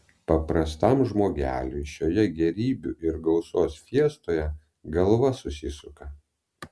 paprastam žmogeliui šioje gėrybių ir gausos fiestoje galva susisuka